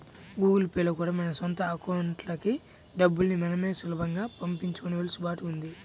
Google pay లో కూడా మన సొంత అకౌంట్లకి డబ్బుల్ని మనమే సులభంగా పంపించుకునే వెసులుబాటు ఉంది